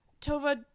tova